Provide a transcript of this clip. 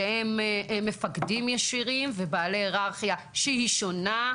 שהם מפקדים ישירים ובעלי היררכיה שהיא שונה,